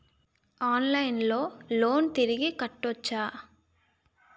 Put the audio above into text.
ఆన్లైన్లో లోన్ తిరిగి కట్టోచ్చా?